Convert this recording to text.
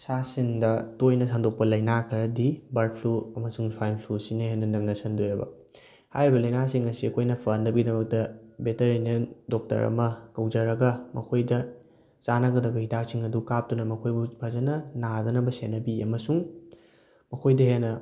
ꯁꯥ ꯁꯟꯗ ꯇꯣꯏꯅ ꯁꯟꯗꯣꯛꯄ ꯂꯥꯏꯅꯥ ꯈꯔꯗꯤ ꯕꯔꯠ ꯐ꯭ꯂꯨ ꯑꯃꯁꯨꯡ ꯁ꯭ꯋꯥꯏꯟ ꯐ꯭ꯂꯨ ꯑꯁꯤꯅ ꯍꯦꯟꯅ ꯅꯝꯅ ꯁꯟꯗꯣꯛꯑꯦꯕ ꯍꯥꯏꯔꯤꯕ ꯂꯥꯏꯅꯥꯁꯤꯡ ꯑꯁꯤ ꯑꯩꯈꯣꯏꯅ ꯐꯍꯟꯅꯕꯒꯤꯗꯃꯛꯇ ꯚꯦꯇꯔꯤꯅꯦꯟ ꯗꯣꯛꯇꯔ ꯑꯃ ꯀꯧꯖꯔꯒ ꯃꯈꯣꯏꯗ ꯆꯥꯅꯒꯗꯕ ꯍꯤꯗꯥꯛꯁꯤꯡ ꯑꯗꯨ ꯀꯥꯞꯇꯨꯅ ꯃꯈꯣꯏꯕꯨ ꯐꯖꯅ ꯅꯥꯗꯅꯕ ꯁꯦꯟꯅꯕꯤ ꯑꯃꯁꯨꯡ ꯃꯈꯣꯏꯗ ꯍꯦꯟꯅ